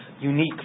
unique